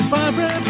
Barbara